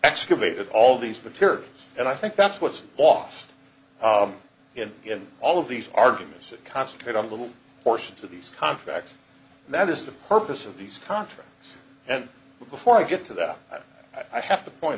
excavated all these materials and i think that's what's lost in all of these arguments that concentrate on little portions of these contracts and that is the purpose of these contracts and before i get to that i have to point